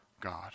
God